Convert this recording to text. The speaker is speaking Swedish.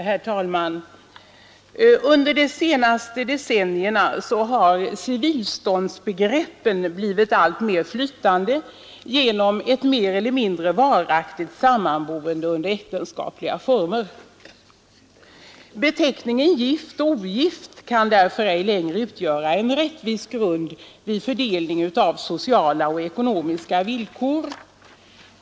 Herr talman! Under de senaste decennierna har civilståndsbegreppen blivit alltmer flytande genom ett mer eller mindre varaktigt sammanboende under äktenskapliga former. Beteckningen gift eller ogift kan därför ej längre utgöra en rättvis grund vid fördelningen av sociala och ekonomiska villkor.